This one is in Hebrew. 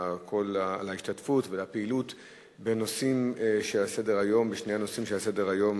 על ההשתתפות ועל הפעילות בשני הנושאים שעל סדר-היום,